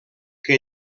que